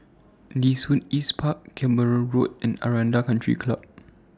Nee Soon East Park Keramat Road and Aranda Country Club